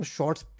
Shorts